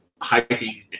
hiking